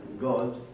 God